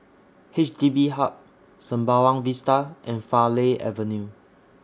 H D B Hub Sembawang Vista and Farleigh Avenue